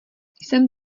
jsem